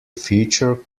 feature